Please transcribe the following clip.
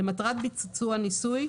למטרת ביצוע ניסוי,